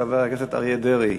חבר הכנסת אריה דרעי,